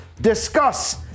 Discuss